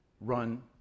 run